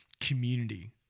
community